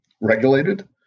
regulated